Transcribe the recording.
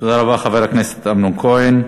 חבר הכנסת אמנון כהן.